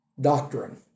doctrine